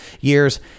years